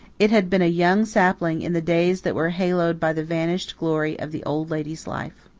it had been a young sapling in the days that were haloed by the vanished glory of the old lady's life.